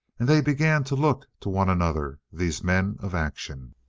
and they began to look to one another, these men of action.